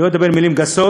אני לא אומר מילים גסות.